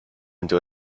into